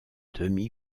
demi